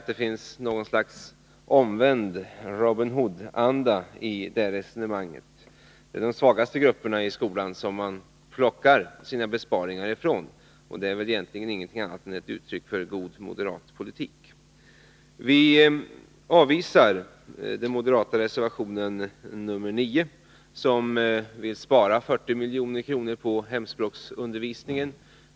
Det finns något slags omvänd Robin Hood-anda i det resonemanget — man plockar besparingarna från de svagaste grupperna i skolan. Det är väl egentligen ingenting annat än ett uttryck för god moderat politik. Vi avvisar den moderata reservationen nr 9, där man vill spara 40 milj.kr. på hemspråksundervisningen.